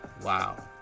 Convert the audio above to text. Wow